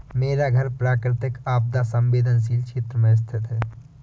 मेरा घर प्राकृतिक आपदा संवेदनशील क्षेत्र में स्थित है